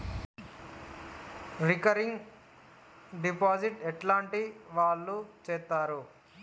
Recurring deposit ఎట్లాంటి వాళ్లు చేత్తరు?